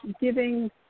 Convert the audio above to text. giving